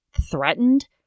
threatened